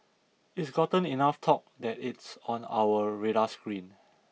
it's gotten enough talk that it's on our radar screen